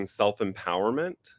self-empowerment